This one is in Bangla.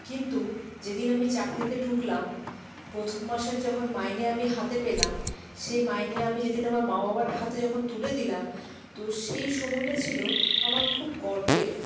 কিন্তু যেদিন আমি চাকরিতে ঢুকলাম প্রথম মাসের যখন মাইনে আমি হাতে পেলাম সেই মাইনে আমি যেদিন আমার মা বাবার হাতে যখন তুলে দিলাম তো সেই সময়টা ছিলো আমার খুব গর্বের